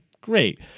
Great